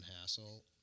Hassle